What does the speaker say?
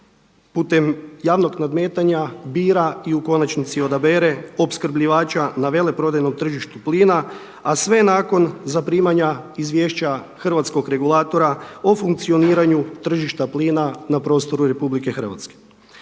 putem javnog nadmetanja bira i u konačnici odabere opskrbljivača na veleprodajnom tržištu plina, a sve nakon zaprimanja izvješća hrvatskog regulatora o funkcioniranju tržišta plina na prostoru RH. Ovim se